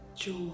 joy